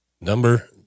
number